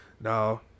No